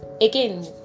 Again